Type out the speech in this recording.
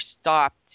stopped